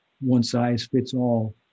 one-size-fits-all